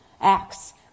Acts